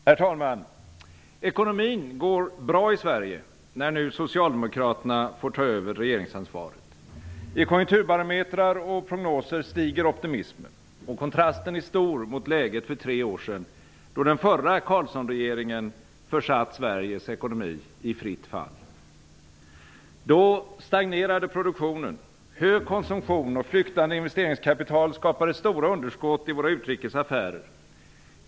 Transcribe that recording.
Herr talman! Ekonomin går bra i Sverige, när nu Socialdemokraterna får ta över regeringsansvaret. I konjunkturbarometrar och prognoser stiger optimismen. Kontrasten är stor mot läget för tre år sedan, då den förra Carlssonregeringen försatt Då stagnerade produktionen. Hög konsumtion och flyktande investeringskapital skapade stora underskott i våra utrikes affärer.